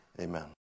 Amen